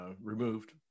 removed